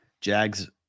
Jags